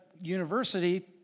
university